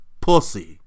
Pussy